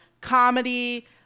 comedy